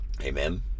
amen